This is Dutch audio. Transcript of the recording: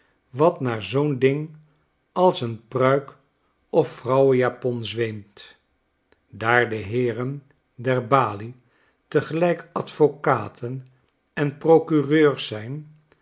wat naar zoo'n ding als een pruik of vrouwenjapon x zweemt daar de heeren der balie tegelijk advocaten en procureurs zijn